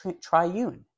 triune